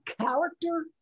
character